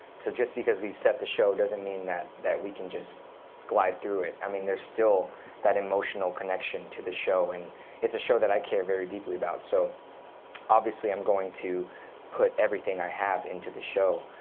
just because we've set the show doesn't mean that that we can just glide through it. i mean, there's still that emotional connection to the show. and it's a show that i care very deeply about, so obviously, i'm going to put everything i have into the show.